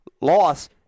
loss